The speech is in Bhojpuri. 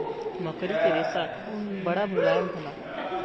मकड़ी के रेशा बड़ा मुलायम होला